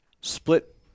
Split-